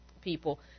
people